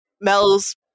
Mel's